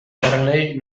txarrenei